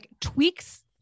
tweaks